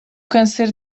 câncer